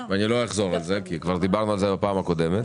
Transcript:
ולא אחזור עליהם כי כבר דיברנו על זה בפעם הקודמת.